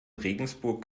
regensburg